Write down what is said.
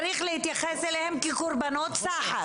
צריך להתייחס אליהם כקורבנות סחר.